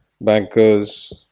bankers